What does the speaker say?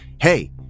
hey